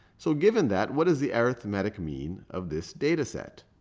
so given that, what is the arithmetic mean of this data set?